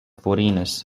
vorenus